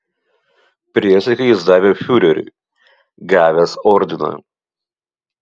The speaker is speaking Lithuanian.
priesaiką jis davė fiureriui gavęs ordiną